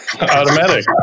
automatic